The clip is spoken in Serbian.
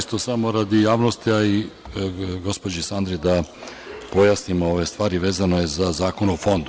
Samo radi javnosti, a i gospođi Sandi da pojasnim ove stvari, a vezano je za Zakon o Fondu.